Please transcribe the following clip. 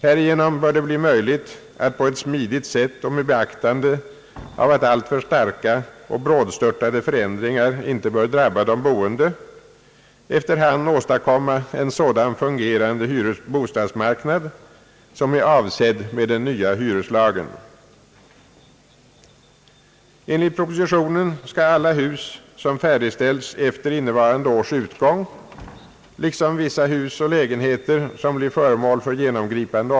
Härigenom bör det bli möjligt att på ett smidigt sätt och med beaktande av att alltför starka och brådstörtade förändringar icke bör drabba de boende efter hand åstadkomma en sådan fungerande bostadsmarknad som är avsedd med den nya hyreslagen. leringen.